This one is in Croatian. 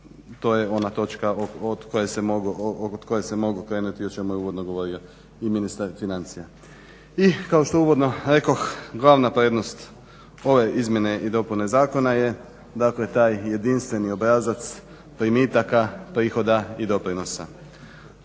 to je ona točka od koje se mogu krenuti i o čemu je uvodno govorio ministar financija. I kao što uvodno rekoh glavna prednost ove izmjene i dopune zakona je taj jedinstveni obrazac primitka, prihoda i doprinosa.